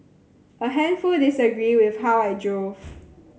a handful disagreed with how I drove